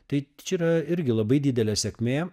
tai čia yra irgi labai didelė sėkmė